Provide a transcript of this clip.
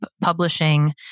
publishing